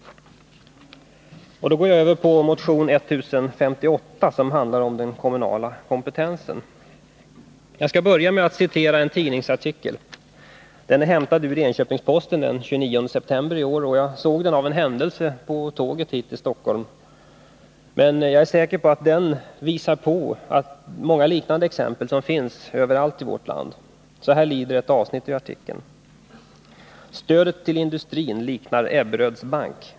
Sedan går jag över till motionen 1058, som berör den kommunala kompetensen. Jag skall börja med att citera en tidningsartikel i Enköpings Posten den 29 september i år. Av en händelse kom jag att se artikeln på tåget hit till Stockholm. Jag är säker på att artikeln visar på sådant som förekommer överallt i vårt land. Så här lyder ett avsnitt av artikeln: ”Stödet till industrin liknar Ebberöds bank” är rubriken.